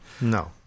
No